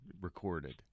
recorded